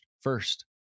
first